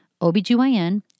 OBGYN